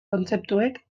kontzeptuek